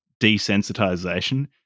desensitization